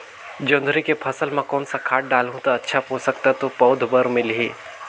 जोंदरी के फसल मां कोन सा खाद डालहु ता अच्छा पोषक तत्व पौध बार मिलही?